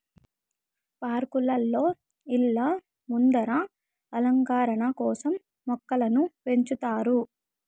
పార్కులలో, ఇళ్ళ ముందర అలంకరణ కోసం మొక్కలను పెంచుతారు